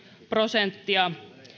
prosenttia